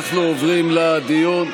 אנחנו עוברים לדיון.